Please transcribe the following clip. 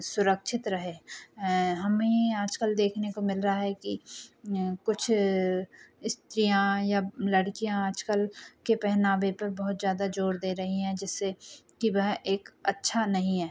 सुरक्षित रहे हमें आजकल देखने को मिल रहा है कि कुछ इस्त्रियाँ या लड़कियाँ आजकल के पहनावे पर बहुत ज़्यादा जोर दे रही हैं जिससे कि वह एक अच्छा नहीं है